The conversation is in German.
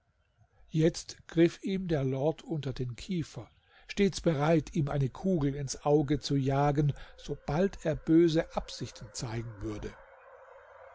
jetzt griff ihm der lord unter den kiefer stets bereit ihm eine kugel ins auge zu jagen sobald er böse absichten zeigen würde